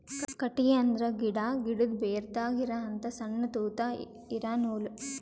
ಕಟ್ಟಿಗಿ ಅಂದ್ರ ಗಿಡಾ, ಗಿಡದು ಬೇರದಾಗ್ ಇರಹಂತ ಸಣ್ಣ್ ತೂತಾ ಇರಾ ನೂಲ್